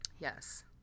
Yes